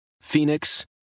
Phoenix